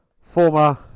former